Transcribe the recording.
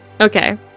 Okay